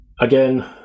Again